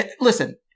listen